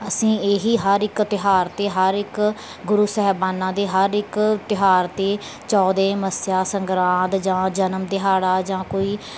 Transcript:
ਅਸੀਂ ਇਹ ਹੀ ਹਰ ਇੱਕ ਤਿਉਹਾਰ 'ਤੇ ਹਰ ਇੱਕ ਗੁਰੂ ਸਾਹਿਬਾਨਾਂ ਦੇ ਹਰ ਇੱਕ ਤਿਉਹਾਰ 'ਤੇ ਚੌਦੇ ਮੱਸਿਆ ਸੰਗਰਾਂਦ ਜਾਂ ਜਨਮ ਦਿਹਾੜਾ ਜਾਂ ਕੋਈ